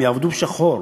הם יעבדו בשחור.